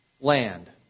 land